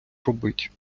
робить